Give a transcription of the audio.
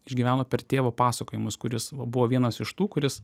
išgyveno per tėvo pasakojimus kuris va buvo vienas iš tų kuris